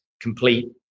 complete